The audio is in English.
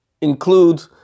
include